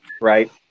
right